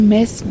Miss